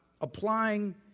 applying